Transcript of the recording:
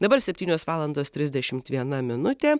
dabar septynios valandos trisdešimt viena minutė